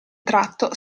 tratto